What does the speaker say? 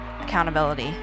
accountability